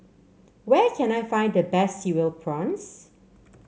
where can I find the best Cereal Prawns